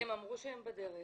הם אמרו שהם בדרך